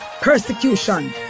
persecution